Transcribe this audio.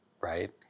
right